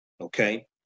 Okay